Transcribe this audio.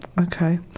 Okay